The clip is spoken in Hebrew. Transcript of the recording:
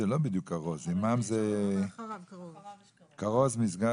בדרך כלל נהג ב', לכל שר מגיע